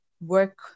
work